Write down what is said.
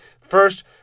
First